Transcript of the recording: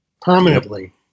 permanently